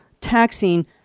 taxing